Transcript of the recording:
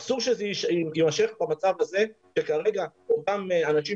אסור שזה יימשך במצב הזה שכרגע אותם אנשים